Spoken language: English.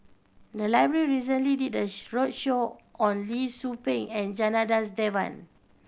the library recently did a roadshow on Lee Tzu Pheng and Janadas Devan